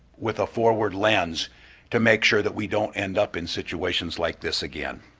with a forward lens to make sure that we don't end up in situations like this again.